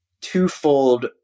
twofold